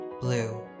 blue